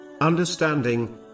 Understanding